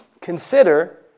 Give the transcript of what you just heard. consider